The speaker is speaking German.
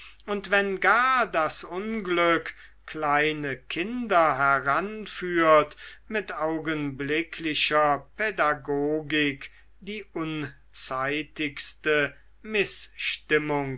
und wenn gar das unglück kleine kinder heranführt mit augenblicklicher pädagogik die unzeitigste